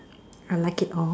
I like it all